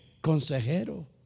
Consejero